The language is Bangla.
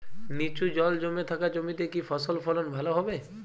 নিচু জল জমে থাকা জমিতে কি ফসল ফলন ভালো হবে?